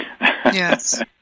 Yes